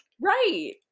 right